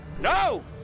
No